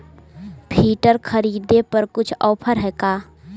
Filter खरिदे पर कुछ औफर है का?